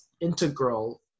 integral